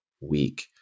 week